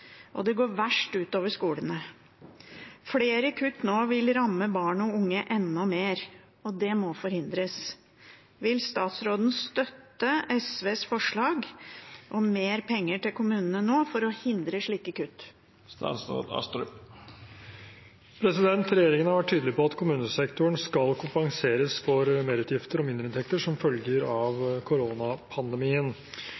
og at det går verst ut over skolene. Flere kutt nå vil ramme barn og unge enda mer. Det må forhindres. Vil statsråden støtte Sosialistisk Venstrepartis forslag om mer penger til kommunene nå for å hindre slike kutt?» Regjeringen har vært tydelig på at kommunesektoren skal kompenseres for merutgifter og mindreinntekter som følge av